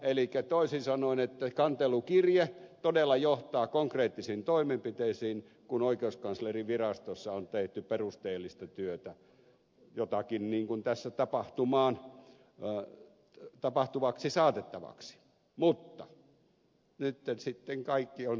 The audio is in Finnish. elikkä toisin sanoen kantelukirje todella johtaa konkreettisiin toimenpiteisiin kun oikeuskanslerinvirastossa on tehty perusteellista työtä jotakin tässä tapahtuvaksi saatettavaa mutta nyt sitten kaikki on hiljentynyt